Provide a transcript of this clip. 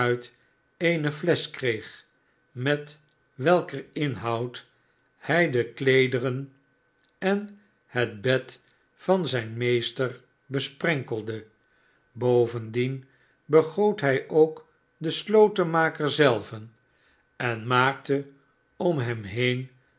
eene flesch kreeg met welker inhoudhij de kleederen en het bed van zijn meester besprenkelde bovendienbegoot hij ook den slotenmaker zelven en maakte om hem heen